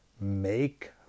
make